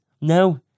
No